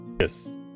Yes